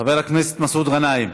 חבר הכנסת מסעוד גנאים,